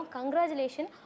Congratulations